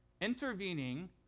intervening